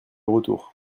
retour